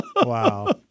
Wow